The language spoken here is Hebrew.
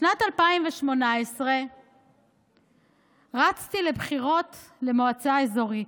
בשנת 2018 רצתי לבחירות למועצה אזורית.